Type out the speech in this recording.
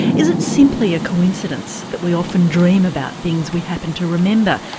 is it simply a coincidence that we often dream about things we happen to remember,